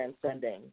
transcending